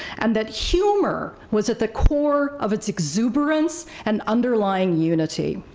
and that humor was at the core of its exuberance, and underlying unity.